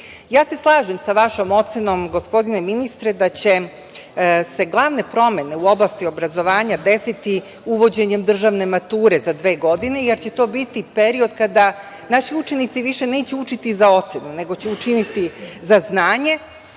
se sa vašom ocenom gospodine ministre da će se glavne promene u oblasti obrazovanja desiti uvođenjem državne mature za dve godine, jer će to biti period kada naši učenici više neće učiti za ocenu, nego će učiti za znanje